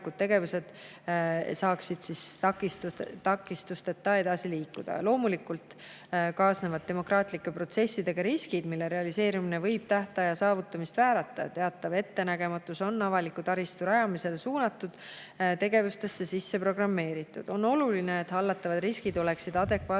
saaks takistusteta edasi liikuda. Loomulikult kaasnevad demokraatlike protsessidega riskid, mille realiseerumine võib tähtajast [kinnipidamist] väärata. Teatav ettenägematus on avaliku taristu rajamisele suunatud tegevustesse sisse programmeeritud. On oluline, et hallatavad riskid oleksid adekvaatselt